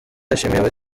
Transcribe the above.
yashimiye